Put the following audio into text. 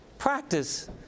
Practice